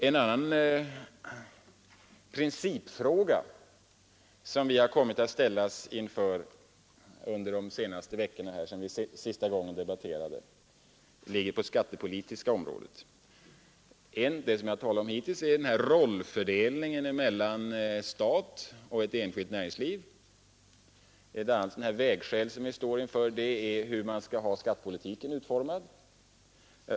Andra viktiga principfrågor, som vi har kommit att ställas inför under de senaste veckorna, ligger på det skattepolitiska området. En fråga gäller rollfördelningen mellan staten och det enskilda näringslivet. Ett annat vägskäl som vi står inför är hur man skall utforma skattepolitiken.